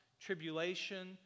tribulation